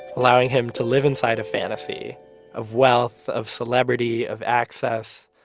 allowing him to live inside a fantasy of wealth, of celebrity, of access,